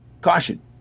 caution